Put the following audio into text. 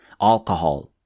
Alcohol